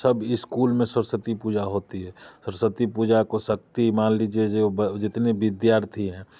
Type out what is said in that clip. सब इस्कूल में सरस्वती पूजा होती है सरस्वती पूजा को शक्ति मान लीजिए जो जितने विद्यार्थी हैं